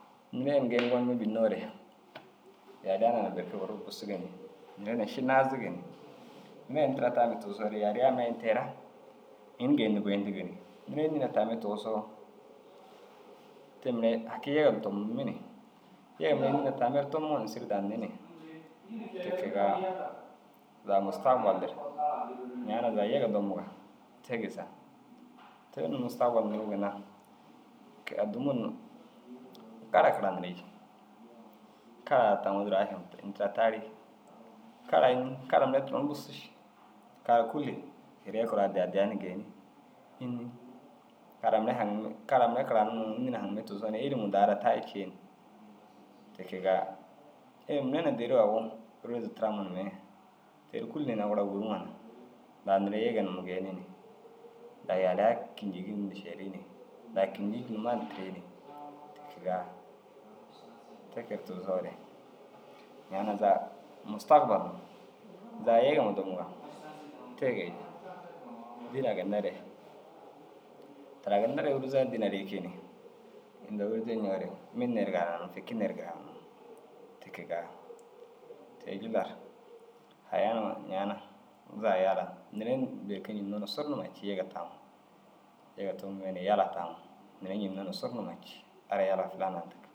Neere ini geenum gonime bênnoore yaliya naana berke wurru ru busugi ni neere na ši naazigi ni. Neere ini tira tame tigisoore yaliyaa mire ini te raa ini geeyindu goyindigi ni. Neere înni na tamme tigisoo te mire haki yege tomummi ni yege mire ini ginna tamme ru tomuŋo na sîri danni ni. Ti kegaa zaga mustagbal dir ñaana zaga yege domuŋa te gisaa. Te unnu mustagbal nduruu ginna ke- i addimuun na kara karandirii ci. Karaa taŋuu duro ašam ini tira tarii. Kara înni? Kara mire turon bussu ši karaar kûlli hiriye kura addi addiya ni geenii. Înni? Kara mire haŋimi, kara mire kara niŋo înni na haŋimme tigisoo na ilimuu daa raa tayi cii ru ti kegaa. Te mire dêroo agu êrrezi tiraa munummee. Te ru kûlli ina gura wûruŋo na daa neere yege numa geenii ni daa yaliya kîñjigi hunduu šerii ni. Daa kîñjigi numa ni tirii ni. Ti kegaa te kee tigisoore ñaana zaga mustagbal huma zaga yege huma domuga te geejaa. Dînaa ginna re, taara ginna re ôruza dînaa ru yikii ni. Inda ôruze ñoore min nerigee haranum fiki nerigee haranum. Ti kegaa te- i jillar haya nima ñaana zaga yalaa neere ni bêrke ñinnoo na suru numa cii yege taŋoo. Yege tomume ni yala taŋo neere ñênnoo na suru numa cii « ara yala filanaa » yindigi.